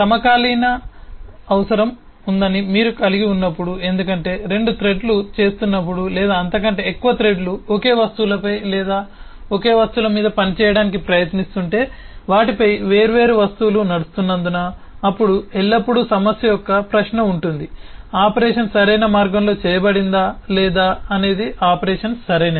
సమకాలీకరణ అవసరం ఉందని మీరు కలిగి ఉన్నప్పుడు ఎందుకంటే రెండు థ్రెడ్లు చేస్తున్నప్పుడు లేదా అంతకంటే ఎక్కువ థ్రెడ్లు ఒకే వస్తువులపై లేదా ఒకే వస్తువుల మీద పనిచేయడానికి ప్రయత్నిస్తుంటే వాటిపై వేర్వేరు వస్తువులు నడుస్తున్నందున అప్పుడు ఎల్లప్పుడూ సమస్య యొక్క ప్రశ్న ఉంటుంది ఆపరేషన్ సరైన మార్గంలో చేయబడిందా లేదా అనేది ఆపరేషన్ సరైనది